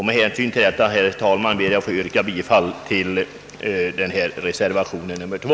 Med hänsyn härtill, herr talman, ber jag att få yrka bifall till reservationen 2.